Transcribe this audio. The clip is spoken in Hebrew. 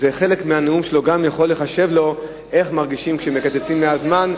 חלק מהנאום שלו גם יכול להיחשב לו איך מרגישים כשמקצצים מהזמן,